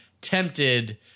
tempted